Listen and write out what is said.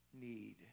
need